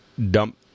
dump